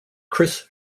chris